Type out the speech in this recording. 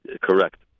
Correct